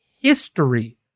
history